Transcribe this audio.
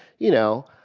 you know,